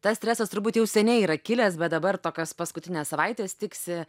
tas stresas turbūt jau seniai yra kilęs bet dabar tokios paskutinės savaitės tiksi